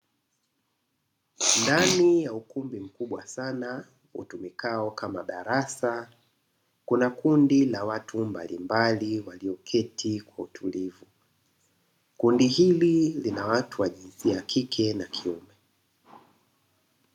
Ndani ya ukumbi mkubwa sana utumikao kama darasa kuna kundi la watu mbalimbali walioketi kwa utulivu, kundi hili lina watu wa jinsia ya kike na kiume.